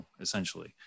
essentially